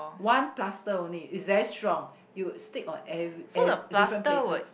one plaster only it's very strong it would stick on every ev~ different places